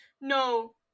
No